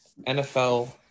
NFL